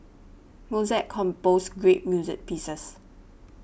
Mozart composed great music pieces